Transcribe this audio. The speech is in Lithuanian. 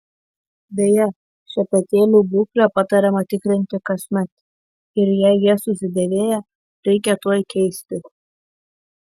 beje šepetėlių būklę patariama tikrinti kasmet ir jei jie susidėvėję reikia tuoj keisti